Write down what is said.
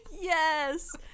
yes